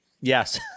Yes